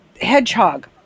Hedgehog